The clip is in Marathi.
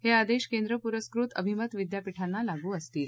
हे आदेश केंद्र पुरस्कृत अभिमत विद्यापीठाना लागू असतील